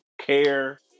care